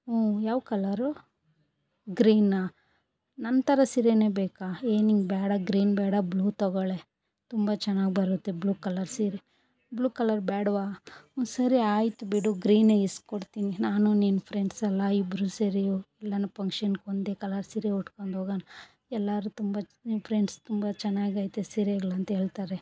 ಹ್ಞೂ ಯಾವ ಕಲ್ಲರು ಗ್ರೀನಾ ನನ್ನ ಥರ ಸೀರೆನೇ ಬೇಕಾ ಏ ನಿಂಗೆ ಬೇಡ ಗ್ರೀನ್ ಬೇಡ ಬ್ಲೂ ತಗೊಳ್ಳೇ ತುಂಬ ಚೆನ್ನಾಗಿ ಬರುತ್ತೆ ಬ್ಲೂ ಕಲರ್ ಸೀರೆ ಬ್ಲೂ ಕಲರ್ ಬೇಡ್ವಾ ಹ್ಞೂ ಸರಿ ಆಯಿತು ಬಿಡು ಗ್ರೀನೆ ಈಸ್ಕೊಡ್ತೀನಿ ನಾನು ನೀನು ಫ್ರೆಂಡ್ಸ್ ಅಲಾ ಇಬ್ಬರು ಸೇರಿ ಎಲ್ಲನೂ ಫಂಕ್ಷನ್ಗೆ ಒಂದೇ ಕಲರ್ ಸೀರೆ ಉಟ್ಕೊಂಡು ಹೋಗೋಣ ಎಲ್ಲರೂ ತುಂಬ ನಿಮ್ಮ ಫ್ರೆಂಡ್ಸ್ ತುಂಬ ಚೆನ್ನಾಗೈತೆ ಸೀರೆಗಳು ಅಂತ ಹೇಳ್ತಾರೆ